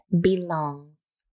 belongs